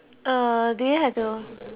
err do we have to